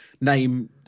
name